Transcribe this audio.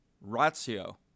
ratio